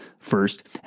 first